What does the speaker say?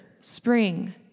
spring